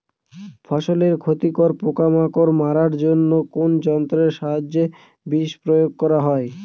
ফসলের ক্ষতিকর পোকামাকড় মারার জন্য কোন যন্ত্রের সাহায্যে বিষ প্রয়োগ করা হয়?